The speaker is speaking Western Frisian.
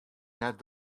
net